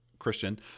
Christian